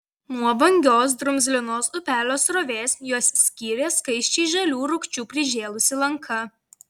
nuo vangios drumzlinos upelio srovės juos skyrė skaisčiai žalių rūgčių prižėlusi lanka